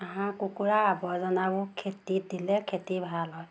হাঁহ কুকুৰাৰ আৱৰ্জনাবোৰ খেতিত দিলে খেতি ভাল হয়